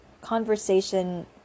conversation